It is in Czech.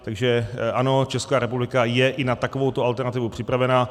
Takže ano, Česká republika je i na takovouto alternativu připravena.